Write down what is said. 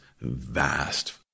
vast